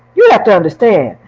you have to understand,